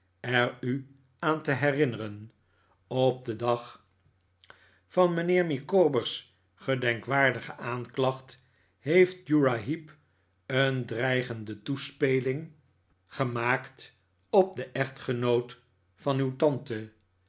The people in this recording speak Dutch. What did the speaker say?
er u aan te herinneren op den dag van mijnheer micawber's gedenkwaardige aanklacht heeft uriah heep een dreigende toespeling gemaakt op den echtgenoot van uw tante